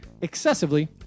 excessively